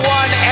one